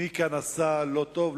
מי כאן עשה לא טוב,